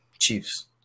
Chiefs